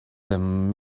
them